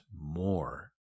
more